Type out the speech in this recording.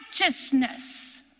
righteousness